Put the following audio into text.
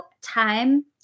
time